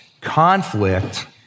conflict